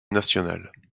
national